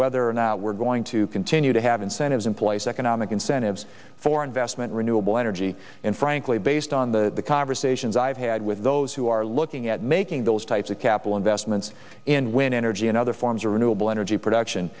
whether or not we're going to continue to have incentives in place economic incentives for investment renewable energy and frankly based on the conversations i've had with those who are looking at making those types of capital investments in wind energy and other forms of renewable energy production